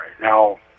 Now